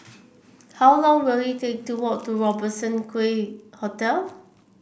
how long will it take to walk to Robertson Quay Hotel